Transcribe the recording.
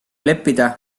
leppida